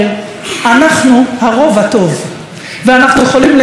אנחנו הרוב הטוב, ואנחנו יכולים לנצח איתו,